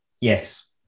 yes